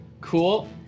Cool